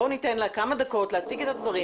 בואו ניתן לה כמה דקות להציג את הדברים